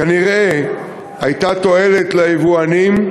כנראה הייתה תועלת ליבואנים,